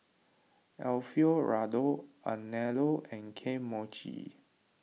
Alfio Raldo Anello and Kane Mochi